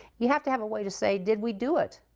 you have to have a way to say, did we do it?